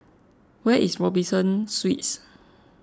where is Robinson Suites